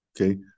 okay